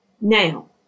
Now